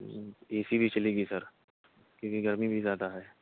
اے C بھی چلے گی سر کیونکہ گرمی بھی زیادہ ہے